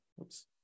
Oops